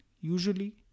usually